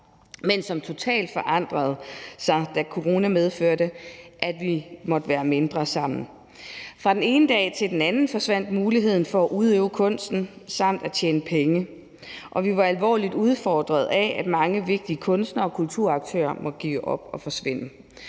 men som totalt forandrede sig, da corona medførte, at vi måtte være mindre sammen. Fra den ene dag til den anden forsvandt muligheden for at udøve kunsten samt at tjene penge, og vi var alvorligt udfordret af, at mange vigtige kunstnere og kulturaktører måtte give op og forsvinde.